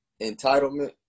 entitlement